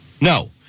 no